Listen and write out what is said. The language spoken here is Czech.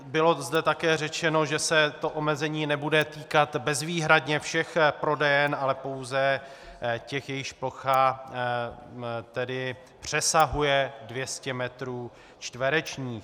Bylo zde také řečeno, že se omezení nebude týkat bezvýhradně všech prodejen, ale pouze těch, jejichž plocha tedy přesahuje 200 metrů čtverečních.